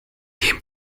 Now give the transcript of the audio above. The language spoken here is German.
dem